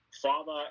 father